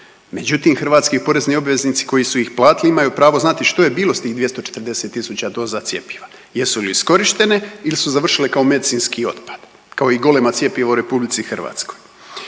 međutim, hrvatski porezni obveznici koji su ih platili imaju pravo znati što je bilo s tih 240 tisuća doza cjepiva. Jesu li iskorištene ili su završile kao medicinski otpad, kao i golema cjepiva u RH? I u '21.